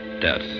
death